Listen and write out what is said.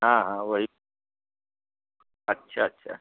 हाँ हाँ वही अच्छा अच्छा